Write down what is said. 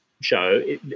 show